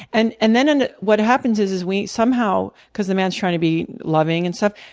and and then what happens is is we somehow because the man's trying to be loving and stuff.